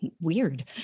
weird